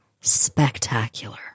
spectacular